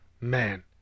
man